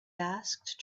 asked